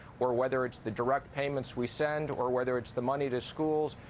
or whether it's the direct payments we send or whether it's the money to schools,